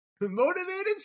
motivated